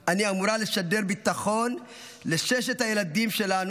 אני אמורה לשדר ביטחון לששת הילדים שלנו,